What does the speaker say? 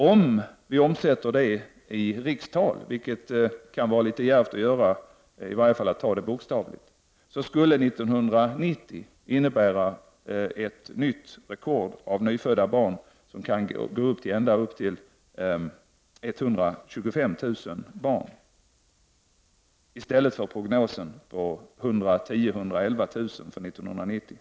Om vi omsätter det i rikstal — vilket kan vara litet djärvt att göra, åtminstone bokstavligt — skulle 1990 innebära nytt rekord i antalet nyfödda barn; det kan bli 125 000 i stället för prognosticerade 110 000-111 000 för 1990.